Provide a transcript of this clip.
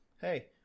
Hey